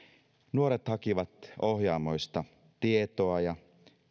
nuoret hakivat ohjaamoista tietoa ja